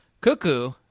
Cuckoo